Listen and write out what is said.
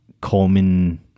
common